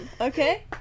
okay